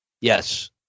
Yes